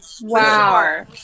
wow